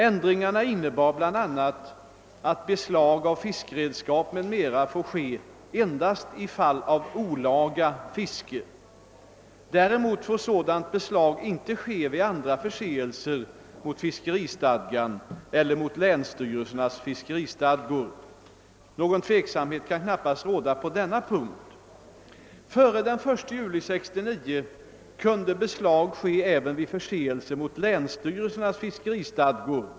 Äändringarna innebar bl.a. att beslag av fiskeredskap m.m. får ske endast i fall av olaga fiske. Däremot får sådant beslag inte ske vid andra förseelser mot fiskeristadgan eller mot länsstyrelsernas fiskeristadgor. Någon tveksamhet kan knappast råda på denna punkt. Före den 1 juli 1969 kunde beslag ske även vid förseelse mot länsstyrelsernas fiskeristadgor.